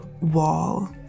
wall